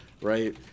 right